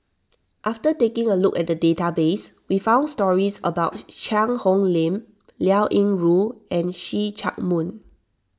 after taking a look at the database we found stories about Cheang Hong Lim Liao Yingru and See Chak Mun